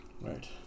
Right